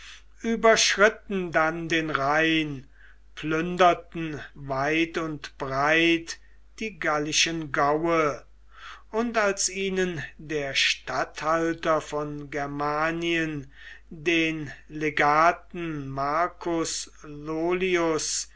überschritten dann den rhein plünderten weit und breit die gallischen gaue und als ihnen der statthalter von germanien den legaten marcus